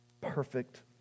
perfect